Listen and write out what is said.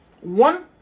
one